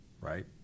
right